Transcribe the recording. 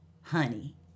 honey